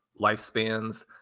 lifespans